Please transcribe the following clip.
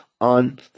on